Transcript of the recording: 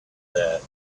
that